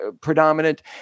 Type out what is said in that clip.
predominant